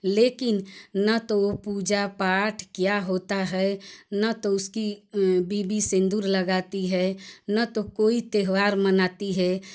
लेकिन ना तो वह पूजा पाठ क्या होता है ना तो उसकी बीवी सिंदूर लगाती है ना तो कोई त्योहार मनाती है